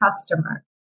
customer